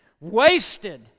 wasted